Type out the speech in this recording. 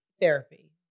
therapy